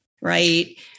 Right